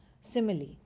simile